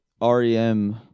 rem